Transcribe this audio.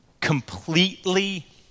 completely